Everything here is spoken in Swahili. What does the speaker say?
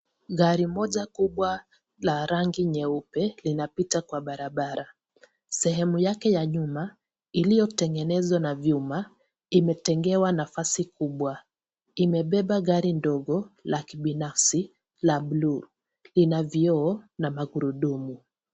Gari moja kubwa la rangi nyeupe linapita kwa barabara. Sehemu yake ya nyuma, iliyotengenezwa na vyuma, imetengewa nafasi kubwa. Imebeba gari ndogo la kibinafsi la buluu. Ina vioo na magurudumu.